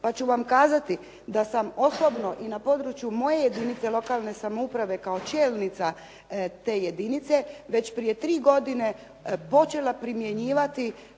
Pa ću vam kazati da sam osobno i na području moje jedinice lokalne samouprave kao čelnica te jedinice već prije tri godine počela primjenjivati